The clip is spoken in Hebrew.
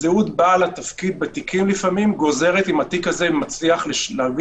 זהות בעל התפקיד בתיקים לפעמים גוזרת אם התיק הזה מצליח להביא